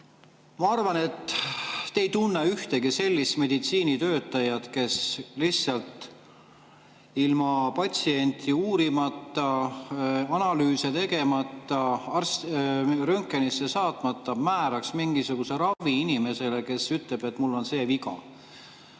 Ma arvan, et te ei tunne ühtegi sellist meditsiinitöötajat, kes lihtsalt ilma patsienti uurimata, analüüse tegemata, röntgenisse saatmata määraks mingisuguse ravi inimesele, kes ütleb, et mul on see viga.